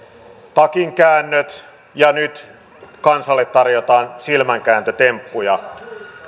takinkäännöt ja nyt kansalle tarjotaan silmänkääntötemppuja